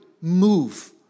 move